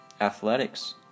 athletics